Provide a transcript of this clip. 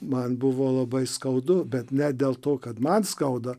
man buvo labai skaudu bet ne dėl to kad man skauda